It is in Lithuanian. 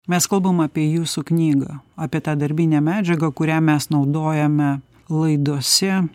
mes kalbam apie jūsų knygą apie tą darbinę medžiagą kurią mes naudojame laidose